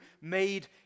made